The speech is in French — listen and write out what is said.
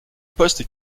poste